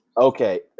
okay